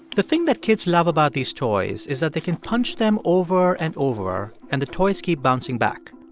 the thing that kids love about these toys is that they can punch them over and over, and the toys keep bouncing back.